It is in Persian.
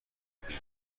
بگیریم